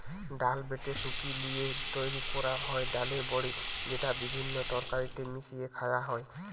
ডাল বেটে শুকি লিয়ে তৈরি কোরা হয় ডালের বড়ি যেটা বিভিন্ন তরকারিতে মিশিয়ে খায়া হয়